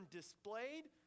displayed